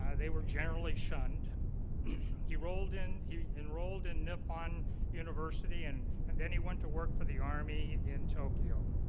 ah they were generally shunned he rolled in he enrolled in nippon university and and then he went to work for the army in tokyo